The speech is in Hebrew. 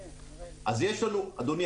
אדוני,